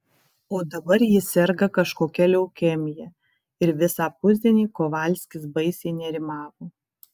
o dabar ji serga kažkokia leukemija ir visą pusdienį kovalskis baisiai nerimavo